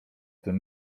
tym